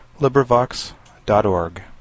LibriVox.org